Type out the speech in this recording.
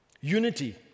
Unity